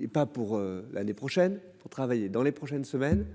Et pas pour l'année prochaine pour travailler dans les prochaines semaines